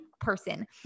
person